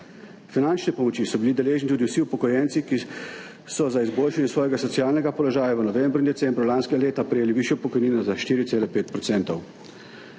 Finančne pomoči so bili deležni tudi vsi upokojenci, ki so za izboljšanje svojega socialnega položaja v novembru in decembru lanskega leta prejeli višjo pokojnino za 4,5